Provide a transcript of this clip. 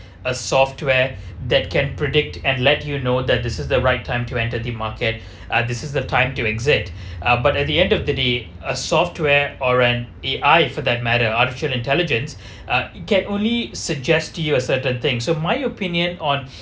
a software that can predict and let you know that this is the right time to enter the market ah this is the time to exit uh but at the end of the day a software orient A_I for that matter artificial intelligence uh it can only suggest to you a certain thing so my opinion on